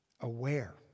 aware